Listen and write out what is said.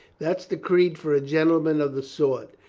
that's the creed for a gentleman of the sword.